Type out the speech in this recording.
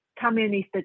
communist